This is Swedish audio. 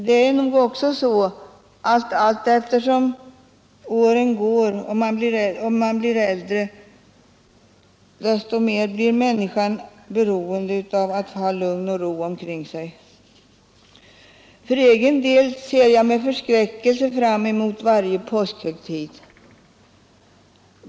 Det är väl också på det sättet att allteftersom åren går och man blir äldre blir man mer och mer beroende av lugn och ro omkring sig. För egen del ser jag med förskräckelse fram mot varje påskhögtid.